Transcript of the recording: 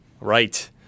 Right